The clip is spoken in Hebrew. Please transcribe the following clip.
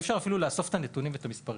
אפילו אי-אפשר לאסוף את הנתונים ואת המספרים.